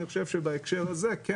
אני חושב שבהקשר הזה כן,